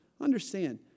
Understand